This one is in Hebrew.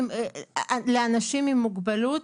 מוגבלות,